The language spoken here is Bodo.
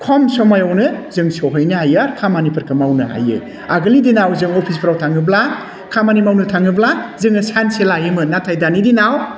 खम समावनो जों सहैनो हायो खामानिफोरखौ मावनो हायो आगोलनि दिनाव जों अफिसफ्राव थाङोब्ला खामानि मावनो थाङोब्ला जोङो सानसे लायोमोन नाथाय दानि दिनाव